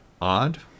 odd